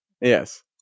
Yes